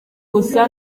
gusa